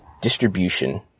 distribution